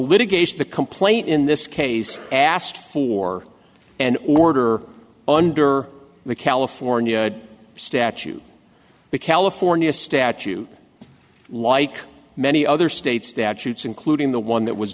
litigation the complaint in this case asked for an order under the california statute the california statute like many other states statutes including the one that was